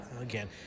again